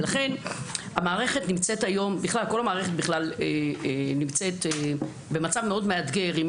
ולכן כל המערכת נמצאת במצב מאתגר מאוד,